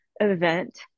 event